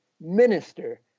minister